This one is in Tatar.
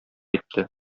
итте